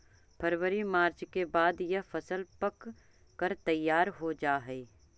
फरवरी मार्च के बाद यह फसल पक कर तैयार हो जा हई